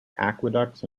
aqueducts